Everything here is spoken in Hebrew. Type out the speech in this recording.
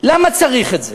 למה צריך את זה?